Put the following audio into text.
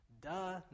duh